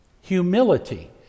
humility